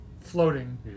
floating